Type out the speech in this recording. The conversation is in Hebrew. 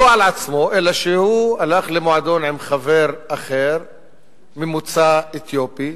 לא על עצמו אלא על כך שהוא הלך למועדון עם חבר ממוצא אתיופי.